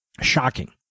Shocking